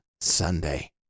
Sunday